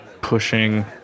pushing